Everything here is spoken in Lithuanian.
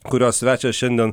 kurios svečias šiandien